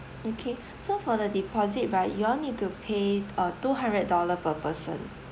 okay so for the deposit right you all need to pay uh two hundred dollar per person